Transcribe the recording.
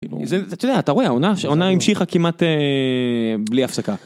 ואתה יודע, אתה רואה, העונה המשיכה כמעט בלי הפסקה.